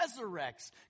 resurrects